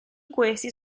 questi